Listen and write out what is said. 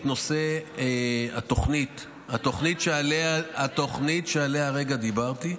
את נושא התוכנית שעליה דיברתי הרגע,